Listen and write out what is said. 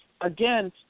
again